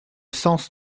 sens